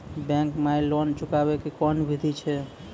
Bank माई loan चुकाबे के कोन बिधि छै?